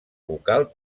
vocal